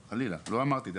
לא אמרתי את זה,